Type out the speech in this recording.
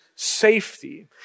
Safety